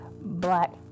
black